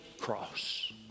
cross